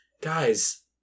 guys